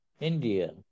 India